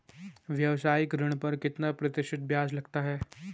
व्यावसायिक ऋण पर कितना प्रतिशत ब्याज लगता है?